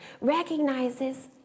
recognizes